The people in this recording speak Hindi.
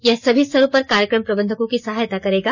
यह सभी स्तरों पर कार्यक्रम प्रबंधकों की सहायता करेगा